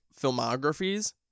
filmographies